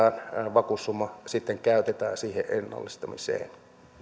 vakuussumma sitten käytetään siihen ennallistamiseen